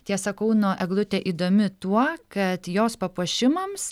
tiesa kauno eglutė įdomi tuo kad jos papuošimams